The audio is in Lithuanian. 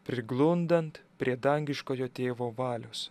priglundant prie dangiškojo tėvo valios